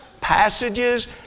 passages